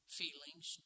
feelings